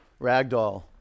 Ragdoll